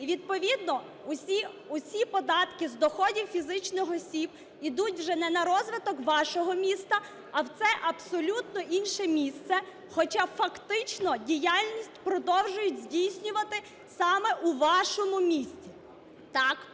і відповідно усі податки з доходів фізичних осіб йдуть вже не на розвиток вашого міста, а це абсолютно інше місце, хоча фактично діяльність продовжують здійснювати саме у вашому місті.